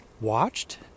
watched